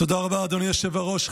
תודה רבה, אדוני היושב-ראש.